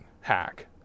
Hack